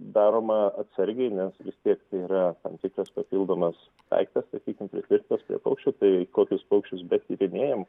daroma atsargiai nes vis tiek tai yra tam tikras papildomas daiktas sakykim pritvirtintas prie paukščio tai kokius paukščius betyrinėjam